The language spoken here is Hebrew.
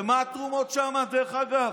ומה התרומות שם, דרך אגב?